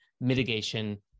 mitigation